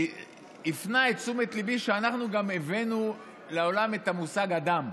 הפנה את תשומת ליבי שאנחנו גם הבאנו לעולם את המושג אדם.